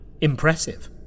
Impressive